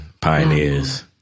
Pioneers